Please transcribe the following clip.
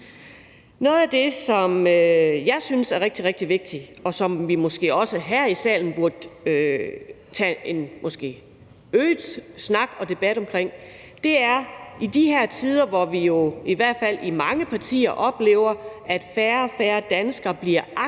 Noget af det, som jeg synes er rigtig, rigtig vigtigt, og som vi måske også her i salen i højere grad burde tage en debat om, er, at i de her tider, hvor vi jo i hvert fald i mange partier oplever, at færre og færre danskere bliver aktive